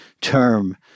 term